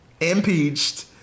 Impeached